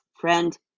Friend